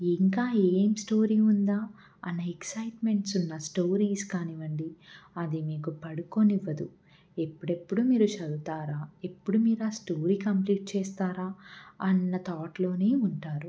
ఇంకా ఏం స్టోరీ ఉందా అన్న ఎక్సయిట్మెంట్స్ ఉన్న స్టోరీస్ కానివ్వండి అది మీకు పడుకోనివ్వదు ఎప్పుడెప్పుడు మీరు చదువుతారా ఎప్పుడు మీరు స్టోరీ కంప్లీట్ చేస్తారా అన్న థాట్లోనే ఉంటారు